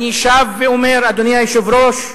אדוני היושב-ראש,